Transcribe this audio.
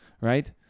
Right